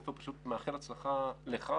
עפר: מאחל הצלחה לך,